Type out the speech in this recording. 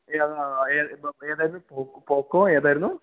ഏതായിരുന്നു ഏത് ഏതായിരുന്നു പോക്കോ ഏതായിരുന്നു